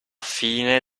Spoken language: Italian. fine